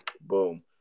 boom